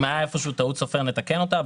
אם הייתה איפשהו טעות סופר, נתקן אותה.